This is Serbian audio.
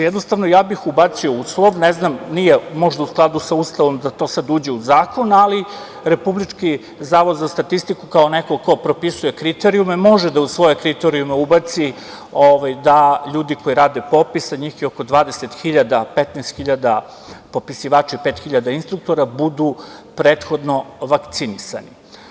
Jednostavno, ja bih ubacio uslov, možda nije u skladu sa Ustavom da to sad uđe u Zakon, ali Republički zavod za statistiku, kao neko ko propisuje kriterijume može da u svoje kriterijume ubaci da ljudi koji rade popis, a njih je oko 20.000, 15.000 popisivači, a 5.000 instruktora budu prethodno vakcinisani.